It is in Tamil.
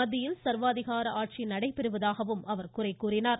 மத்தியில் சர்வாதிகார ஆட்சி நடைபெறுவதாகவும் அவர் குறை கூறினார்